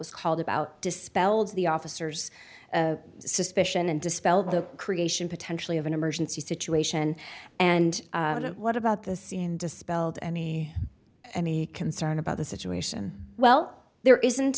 was called about dispelled the officers suspicion and dispel the creation potentially of an emergency situation and what about the scene dispelled any any concern about the situation well there isn't